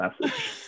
message